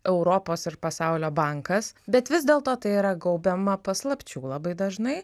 europos ir pasaulio bankas bet vis dėlto tai yra gaubiama paslapčių labai dažnai